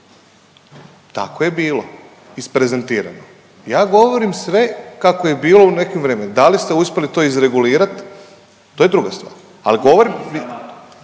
Tako je bilo isprezentirano. Ja govorim sve kako je bilo u nekim vremenima. Da li ste uspjeli to izregulirati to je druga stvar, ali govorim